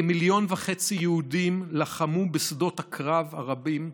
כמיליון וחצי יהודים לחמו בשדות הקרב הרבים,